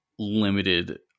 limited